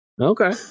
Okay